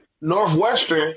Northwestern